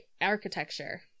architecture